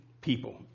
people